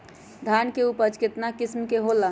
धान के उपज केतना किस्म के होला?